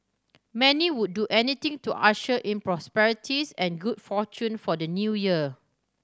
many would do anything to usher in prosperities and good fortune for the New Year